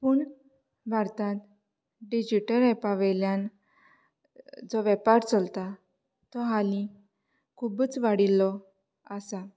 पूण भारतांत डिजिटल ऍपावयल्यान जो वेपार चलता तो हालीं खूबच वाडिल्लो आसा